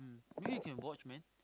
maybe you can watch man